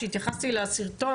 כשהתייחסתי לסרטון,